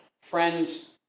Friends